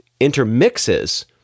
intermixes